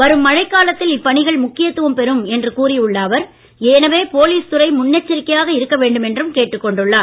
வரும் மழைக் காலத்தில் இப்பணிகள் முக்கியத்துவம் பெறும் என்று கூறி உள்ள அவர் எனவே போலீஸ் துறை முன்னெச்சரிக்கையாக இருக்க வேண்டும் என்றும் கேட்டுக் கொண்டுள்ளார்